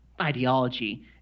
ideology